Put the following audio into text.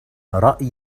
رأيي